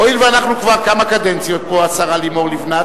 הואיל ואנחנו כבר כמה קדנציות פה, השרה לימור לבנת